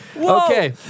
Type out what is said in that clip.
Okay